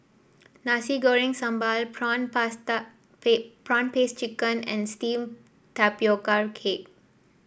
Nasi Goreng Sambal prawn prwan paste chicken and steam Tapioca Cake